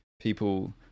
people